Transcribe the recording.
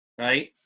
right